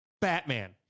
Batman